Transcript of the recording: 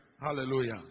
hallelujah